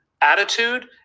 attitude